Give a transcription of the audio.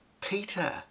Peter